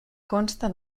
consta